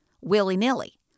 willy-nilly